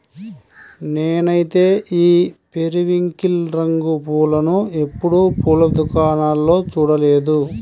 నేనైతే ఈ పెరివింకిల్ రంగు పూలను ఎప్పుడు పూల దుకాణాల్లో చూడలేదు